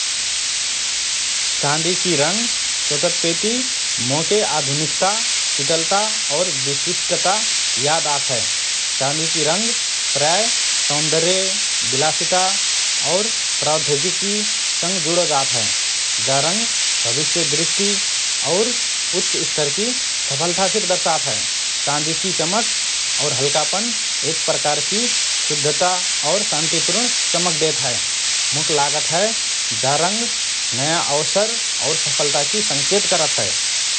चाँदीकि रंग सोचतपेति मोके आधुनिकता, शीतलता और विशिष्टता याद आत हए । चाँदीकि रंग प्रायः सौंदर्य, विलासिता और प्रौद्योगिकी सँग जुडो जात हए । जा रंग भविष्य दृष्टि और उच्च स्तरकि सफलता फिर दर्शात हए । चाँदीकी चमक और हल्कापन एक प्रकारकि शुद्धता और शान्तिपूर्ण चमक देत हए । मुक लागत हए जा रंग नया अवसर और सफलताकि संकेत करत हए ।